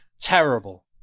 Terrible